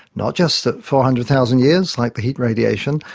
not just at four hundred thousand years like the heat radiation,